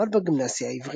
ולמד בגימנסיה העברית.